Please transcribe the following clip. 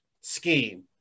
scheme